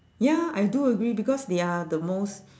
ya I do agree because they are the most